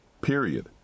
Period